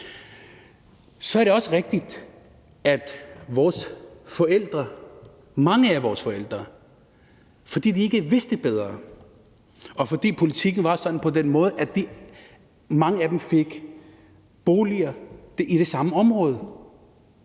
Så er det også rigtigt, at fordi mange af vores forældre ikke vidste bedre, og fordi politikken var sådan, at mange af dem fik boliger i det samme område,